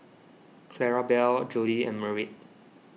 Clarabelle Jody and Merritt